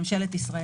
ממשלת ישראל.